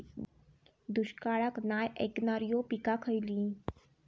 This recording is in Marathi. दुष्काळाक नाय ऐकणार्यो पीका खयली?